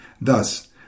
Thus